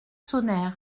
sonnèrent